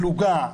פלוגה,